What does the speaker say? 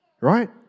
Right